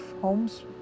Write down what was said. homes